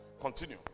Continue